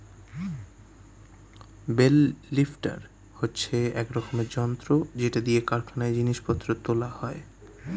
bell lifter হচ্ছে এক রকমের যন্ত্র যেটা দিয়ে কারখানায় জিনিস পত্র তোলা হয়